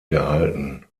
gehalten